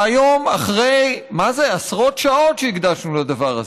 והיום, אחרי עשרות שעות שהקדשנו לדבר הזה,